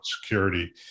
security